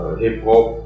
hip-hop